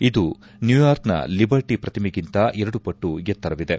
ಇದು ನ್ಲೂಯಾರ್ಕ್ನ ಲಿಬರ್ಟ ಪ್ರತಿಮೆಗಿಂತ ಎರಡು ಪಟ್ಟು ಎತ್ತರವಿದೆ